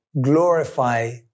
glorify